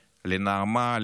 לנעמה,